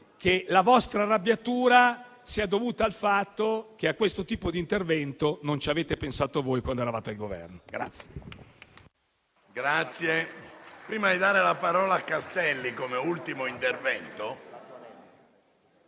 la vostra arrabbiatura sia dovuta al fatto che a questo tipo di intervento non ci avete pensato voi quando eravate al Governo.